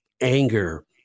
anger